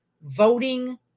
voting